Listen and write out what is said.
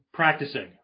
practicing